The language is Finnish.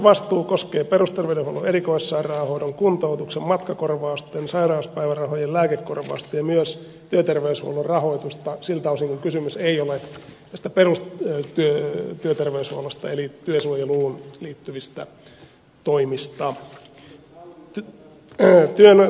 rahoitusvastuu koskee perusterveydenhuollon erikoissairaanhoidon kuntoutuksen matkakorvausten sairauspäivärahojen lääkekorvausten ja myös työterveyshuollon rahoitusta siltä osin kuin kysymys ei ole perustyöterveyshuollosta eli työsuojeluun liittyvistä toimista